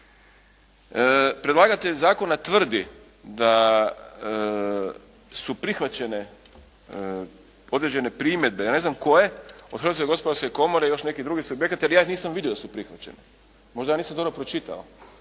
Predlagatelj zakona tvrdi da su prihvaćene određene primjedbe, ja ne znam koje, od Hrvatske gospodarske komore i još nekih drugih subjekata jer ja ih nisam vidio da su prihvaćene. Možda ja nisam dobro pročitao.